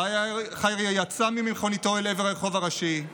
חיירי יצא ממכוניתו אל עבר הרחוב הראשי,